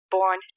Born